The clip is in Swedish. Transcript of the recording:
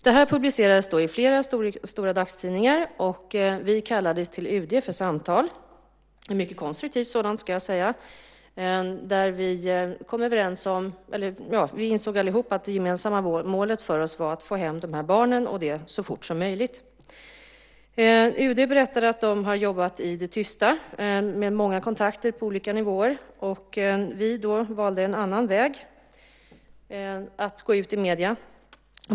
Detta publicerades i flera stora dagstidningar, och vi kallades till UD för samtal - ett mycket konstruktivt sådant, ska jag säga - där vi alla insåg att vårt gemensamma mål var att få hem dessa barn och det så fort som möjligt. UD berättade att de hade jobbat i det tysta med många kontakter på olika nivåer. Vi valde en annan väg, att gå ut i medierna.